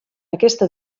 aquesta